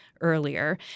earlier